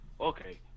Okay